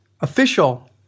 official